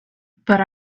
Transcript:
but